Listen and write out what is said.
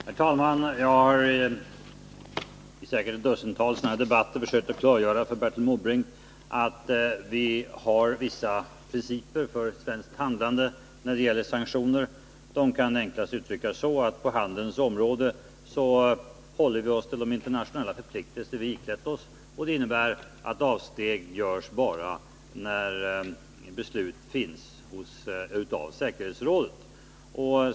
Herr talman! Jag har i säkert ett dussintal debatter försökt klargöra för Bertil Måbrink att vi har vissa principer för svenskt handlande när det gäller sanktioner. De kan enklast uttryckas så att vi på handelns område håller oss till de internationella förpliktelser vi iklätt oss. Det innebär att avsteg görs bara när beslut om sådana fattats av FN:s säkerhetsråd.